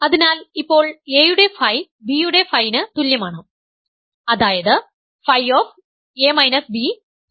അതിനാൽ ഇപ്പോൾ a യുടെ Φ b യുടെ Φ ന് തുല്യമാണ് അതായത് Φ 0 ആണ്